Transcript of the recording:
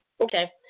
Okay